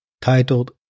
titled